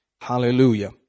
Hallelujah